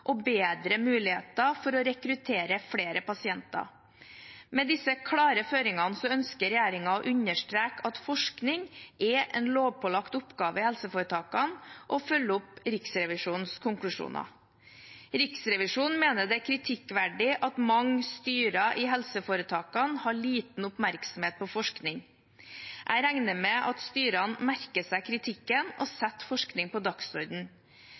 og bedre muligheter for å rekruttere flere pasienter. Med disse klare føringene ønsker regjeringen å understreke at forskning er en lovpålagt oppgave i helseforetakene, og å følge opp Riksrevisjonens konklusjoner. Riksrevisjonen mener det er kritikkverdig at mange styrer i helseforetakene har liten oppmerksomhet på forskning. Jeg regner med at styrene merker seg kritikken og setter forskning på